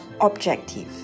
objective